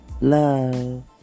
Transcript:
Love